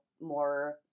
more